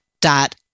dot